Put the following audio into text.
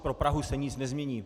Pro Prahu se nic nezmění.